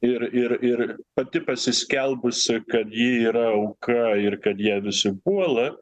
ir ir ir pati pasiskelbusi kad ji yra auka ir kad ją visi puola